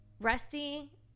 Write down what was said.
rusty